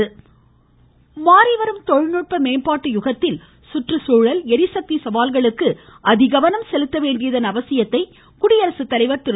குடியரசுத்தலைவர் மாறிவரும் தொழில்நுட்ப மேம்பாட்டு யுகத்தில் சுற்றுச்சூழல் ளிசக்தி சவால்களுக்கு அதிகவனம் செலுத்த வேண்டியதன் அவசியத்தை குடியரசுத்தலைவர் திரு